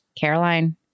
Caroline